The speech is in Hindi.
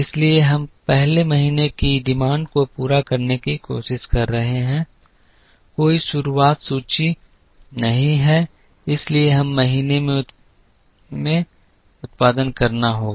इसलिए हम पहले महीने की मांग को पूरा करने की कोशिश कर रहे हैं कोई शुरुआत सूची नहीं है इसलिए हमें महीने में उत्पादन करना होगा